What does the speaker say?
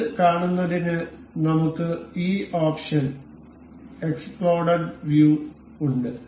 അത് കാണുന്നതിന് നമുക്ക് ഈ ഓപ്ഷൻ എക്സ്പ്ലോഡഡ് വ്യൂ ഉണ്ട്